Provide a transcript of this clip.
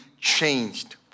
changed